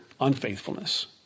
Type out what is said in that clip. unfaithfulness